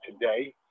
today